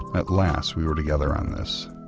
at last we were together on this,